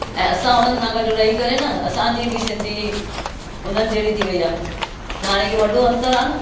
ऐं असां हुननि सां गॾु रही करे न असांजी बि सिंधी हुननि जहिड़ी थी वई आहे त हाणे इहो वॾो अंतर आहे न